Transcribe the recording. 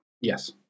Yes